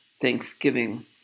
Thanksgiving